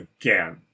again